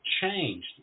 changed